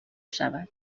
شود